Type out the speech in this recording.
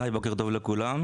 היי בוקר טוב לכולם,